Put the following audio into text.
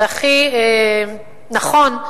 והכי נכון,